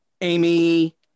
Amy